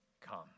come